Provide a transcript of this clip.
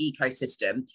ecosystem